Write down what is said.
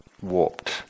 warped